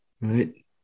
right